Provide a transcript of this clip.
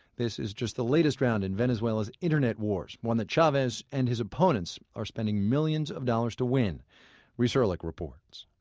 this is just the latest round in venezuela's internet wars, one that chavez and his opponents are spending millions of dollars to win reese erlich reports.